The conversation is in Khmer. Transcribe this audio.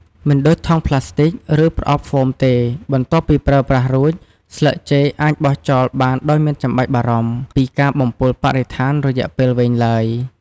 មិនដូចថង់ប្លាស្ទិក ឬប្រអប់ហ្វូមទេ បន្ទាប់ពីប្រើប្រាស់រួច ស្លឹកចេកអាច បោះចោលបានដោយមិនចាំបាច់បារម្ភ ពីការបំពុលបរិស្ថានរយៈពេលវែងឡើយ។